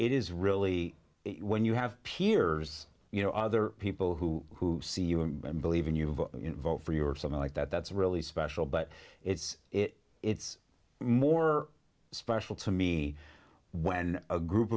it is really when you have peers you know other people who see you and believe in you have a vote for you or something like that that's really special but it's it it's more special to me when a group